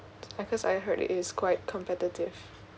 cause I heard it is quite competitive